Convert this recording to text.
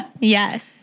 Yes